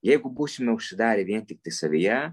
jeigu būsime užsidarę vien tiktai savyje